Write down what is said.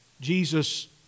Jesus